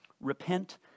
repent